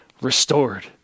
restored